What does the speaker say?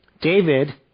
David